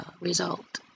result